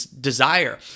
desire